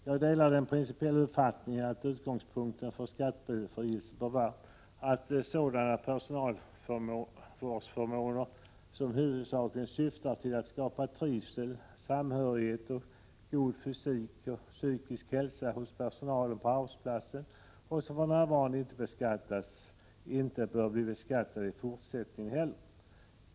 Jag delar den principiella uppfattningen att utgångspunkten för skattebefrielse bör vara att sådana personalvårdsförmåner som huvudsakligen syftar till att skapa trivsel, samhörighet, en god fysik och psykisk hälsa hos personalen på arbetsplatsen och som för närvarande inte beskattas, inte bör bli beskattade i fortsättningen heller.